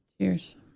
Cheers